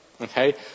Okay